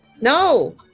No